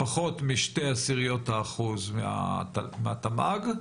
פחות מ-0.2% מהתמ"ג,